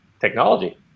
technology